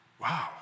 Wow